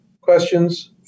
questions